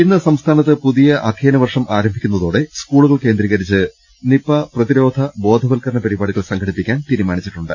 ഇന്ന് സംസ്ഥാനത്ത് പുതിയ അധ്യയനവർഷം ആരംഭിക്കുന്നതോടെ സ്കൂളുകൾ കേന്ദ്രീകരിച്ച് നിപ പ്രതിരോധ ബോധവൽക്കരണപരിപാടികൾ സംഘടിപ്പിക്കാൻ തീരുമാനിച്ചിട്ടുണ്ട്